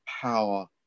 power